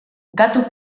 datu